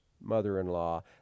mother-in-law